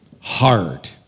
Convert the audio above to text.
hard